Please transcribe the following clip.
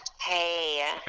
Hey